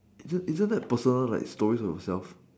isn't isn't that personal like story about yourself